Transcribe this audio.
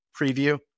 preview